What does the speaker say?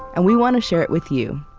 and we want to share it with you.